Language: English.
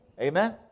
Amen